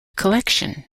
collection